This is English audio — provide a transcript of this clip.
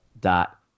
dot